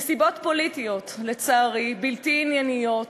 נסיבות פוליטיות, לצערי, בלתי ענייניות